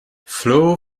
flow